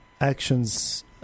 actions